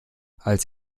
als